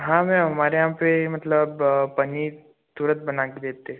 हाँ मैम हमारे यहाँ पर मतलब पनीर तुरंत बना के देते